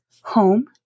home